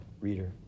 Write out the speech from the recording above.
reader